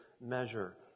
measure